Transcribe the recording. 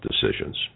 decisions